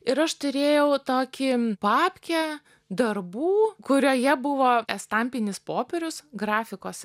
ir aš turėjau tokį papkę darbų kurioje buvo estampinis popierius grafikos